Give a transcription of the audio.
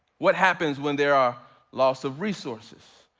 what happens when there are loss of resources?